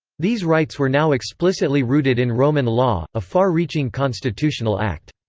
these rights were now explicitly rooted in roman law, a far-reaching constitutional act.